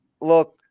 look